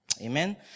Amen